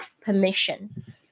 Permission